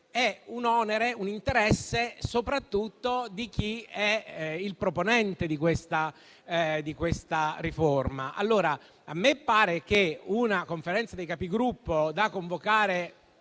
è un onere e un interesse soprattutto dei proponenti di questa riforma. A me pare che una Conferenza dei Capigruppo, da convocare